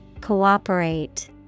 Cooperate